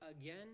again